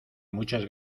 muchas